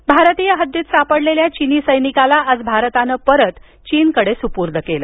सैनिक भारतीय हद्दीत सापडलेल्या चीनी समिकाला आज भारतानं परत चीनकडे सुपूर्द केलं